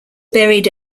buried